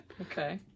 Okay